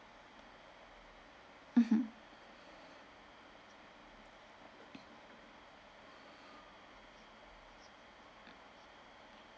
mmhmm